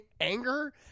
anger